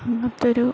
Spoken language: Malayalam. ഇങ്ങത്തൊരു